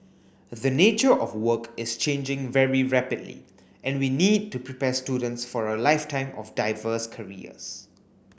the nature of work is changing very rapidly and we need to prepare students for a lifetime of diverse careers